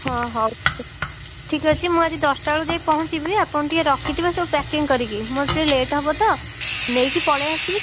ହଁ ହଉ ଠିକ୍ ଅଛି ଠିକ୍ ଅଛି ମୁଁ ଆଜି ଦଶଟା ବେଳକୁ ଯାଇ ପହଞ୍ଚିବି ଆପଣ ଟିକେ ରଖିଥିବେ ସବୁ ପ୍ୟାକିଂ କରିକି ମୋର ଟିକେ ଲେଟ୍ ହବ ତ ନେଇକି ପଳାଇ ଆସିବି